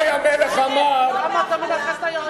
ינאי המלך אמר, למה אתה מנכס את היהדות אליך?